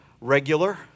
regular